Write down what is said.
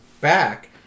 back